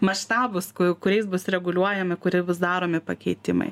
maštabus kuriais bus reguliuojami kuri bus daromi pakeitimai